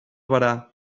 berà